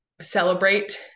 celebrate